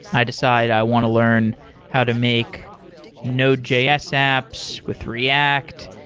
i decide i want to learn how to make node js apps with react.